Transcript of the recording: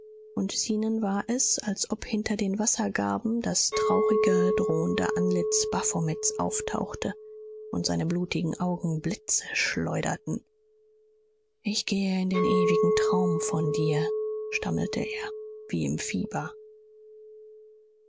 und zenon war es als ob hinter den wassergarben das traurige drohende antlitz baphomets auftauchte und seine blutigen augen blitze schleuderten ich gehe in den ewigen traum von dir stammelte er wie im fieber